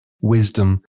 wisdom